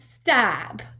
stop